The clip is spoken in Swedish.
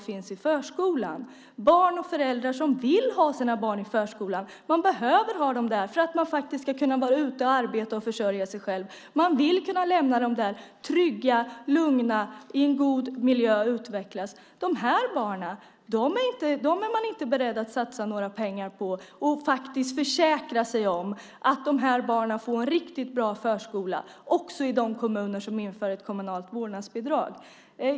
Det handlar om barn och föräldrar som vill ha sina barn i förskolan. De behöver ha dem där så att de kan arbeta och försörja sig själva. De vill lämna dem i en trygg, lugn och utvecklande miljö. Men dessa barn är man inte beredd att satsa pengar på och försäkra sig om att de får en riktigt bra förskola också i de kommuner som inför ett kommunalt vårdnadsbidrag.